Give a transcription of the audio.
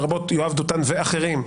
לרבות יואב דותן ואחרים,